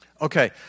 Okay